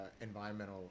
environmental